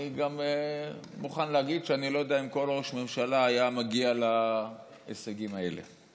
אני גם מוכן להגיד שאני לא יודע אם כל ראש ממשלה היה מגיע להישגים האלה.